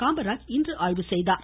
காமராஜ் இன்று ஆய்வு செய்தார்